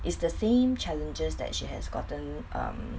it's the same challenges that she has gotten um